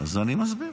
אז אני מסביר.